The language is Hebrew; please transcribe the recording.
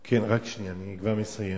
כן, רק שנייה, אני כבר מסיים.